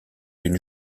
d’une